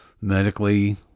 Medically